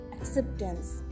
acceptance